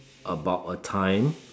about a time